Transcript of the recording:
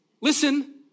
Listen